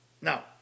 Now